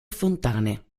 fontane